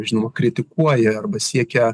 žinoma kritikuoja arba siekia